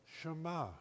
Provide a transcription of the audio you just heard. Shema